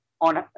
on